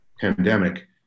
pandemic